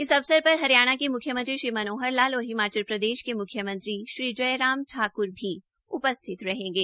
इस अवसर पर हरियाणा के मुख्यमंत्री श्री मनोहर लाल और हिमाचल प्रदेश के मुख्यमंत्री भी जय राम ठाकुर भी उपस्थित रहेंगे